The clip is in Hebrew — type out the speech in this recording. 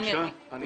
אני